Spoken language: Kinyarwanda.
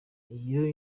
iyo